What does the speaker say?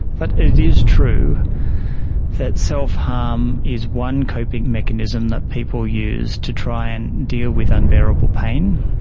but it is true that self-harm is one coping mechanism that people use to try and deal with unbearable pain.